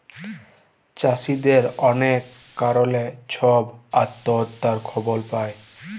চাষীদের অলেক কারলে ছব আত্যহত্যার খবর পায়